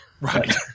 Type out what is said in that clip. Right